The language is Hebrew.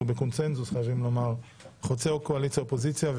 הוא בקונצנזוס חוצה קואליציה ואופוזיציה,